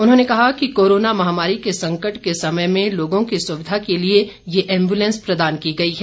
उन्होंने कहा कि कोरोना महामारी के संकट के समय में लोगों की सुविधा के लिए ये एम्बुलेंस प्रदान की गई है